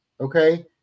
okay